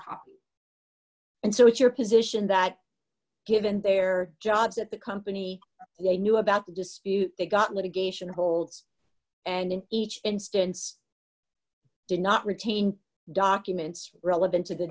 copy and so it's your position that given their jobs at the company they knew about the dispute they got litigation holds and in each instance did not retain documents relevant to the